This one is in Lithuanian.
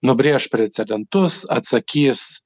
nubrėš precedentus atsakys